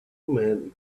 men